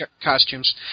costumes